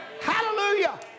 Hallelujah